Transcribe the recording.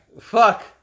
Fuck